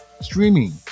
streaming